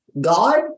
God